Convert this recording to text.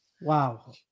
Wow